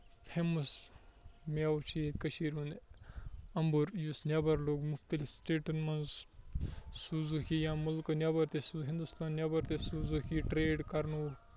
famous میوٕ چھُ یہِ کٔشیٖر ہُند اَمبُر یُس نٮ۪بر لوٚگ مُختٔلِف سِٹیٹن منٛز سوٗزُکھ یا مُلکہٕ نٮ۪بر تہِ ہِندوستان نٮ۪بر تہِ سوٗزُکھ یہِ ٹریڈ کرنوُکھ